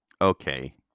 Okay